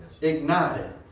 ignited